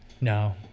no